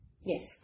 yes